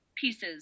pieces